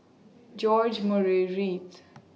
George Murray Reith